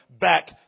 back